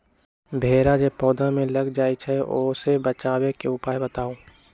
भेरा जे पौधा में लग जाइछई ओ से बचाबे के उपाय बताऊँ?